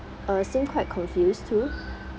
uh seem quite confused too